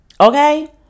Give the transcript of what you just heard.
Okay